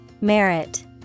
Merit